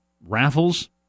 raffles